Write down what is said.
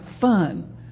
fun